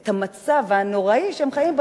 את המצב הנוראי שהם חיים בו,